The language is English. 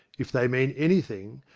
if they mean anything,